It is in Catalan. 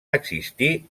existir